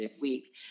week